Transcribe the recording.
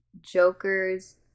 Jokers